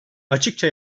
açıkça